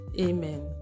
Amen